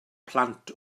plant